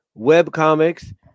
webcomics